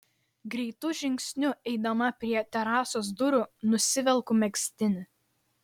greitu žingsniu eidama prie terasos durų nusivelku megztinį